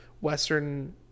Western